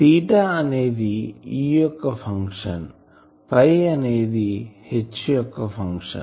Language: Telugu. తీటా అనేది E యొక్క ఫంక్షన్ అనేది H యొక్క ఫంక్షన్